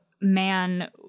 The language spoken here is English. man